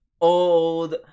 old